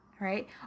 right